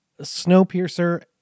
Snowpiercer